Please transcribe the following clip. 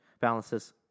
balances